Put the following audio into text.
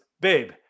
babe